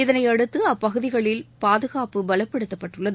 இதனை அடுத்து அப்பகுதிகளில் பாதுகாப்புப் பலப்படுத்தப்பட்டுள்ளது